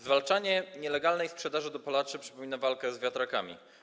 Zwalczanie nielegalnej sprzedaży dopalaczy przypomina walkę z wiatrakami.